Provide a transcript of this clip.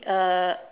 uh